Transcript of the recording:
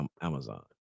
amazon